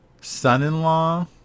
son-in-law